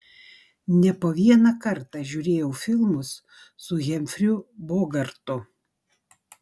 ne po vieną kartą žiūrėjau filmus su hemfriu bogartu